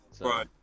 Right